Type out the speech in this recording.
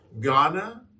Ghana